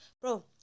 Bro